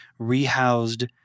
rehoused